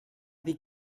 dir